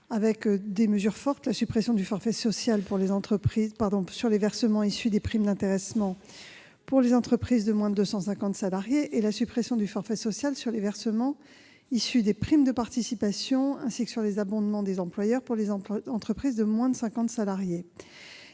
avec des mesures fortes : la suppression du forfait social sur les versements des primes d'intéressement pour les entreprises de moins de 250 salariés et la suppression de ce même forfait sur les versements liés aux primes de participation, ainsi que sur les abondements des employeurs pour les entreprises de moins de 50 salariés.